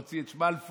להוציא את שמלפון,